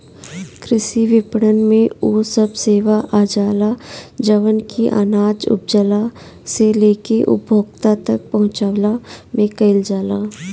कृषि विपणन में उ सब सेवा आजाला जवन की अनाज उपजला से लेके उपभोक्ता तक पहुंचवला में कईल जाला